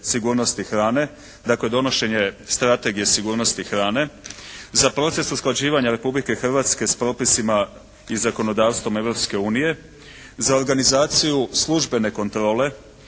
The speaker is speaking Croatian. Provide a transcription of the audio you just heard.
hrane. Dakle, donošenje strategije sigurnosti hrane. Za proces usklađivanja Republike Hrvatske sa propisima i zakonodavstvom Europske unije, za organizaciju službene kontrole,